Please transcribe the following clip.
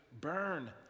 burn